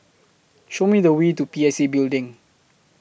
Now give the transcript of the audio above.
Show Me The Way to P S A Building